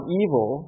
evil